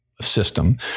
system